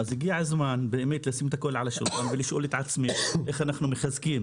הגיע הזמן לשים את הכול על השולחן ולשאול את עצמנו איך אנחנו מחזקים